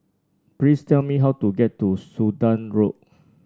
please tell me how to get to Sudan Road